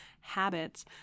habits